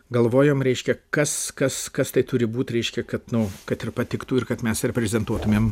galvojom reiškia kas kas kas tai turi būt reiškia kad nu kad ir patiktų ir kad mes reprezentuotumėm